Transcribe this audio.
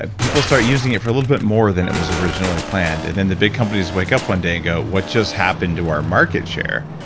ah people start using it for a little bit more than it was originally planned. and then the big companies wake up one day and go, what just happened to our market share?